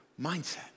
mindset